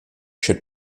should